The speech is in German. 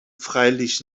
freilich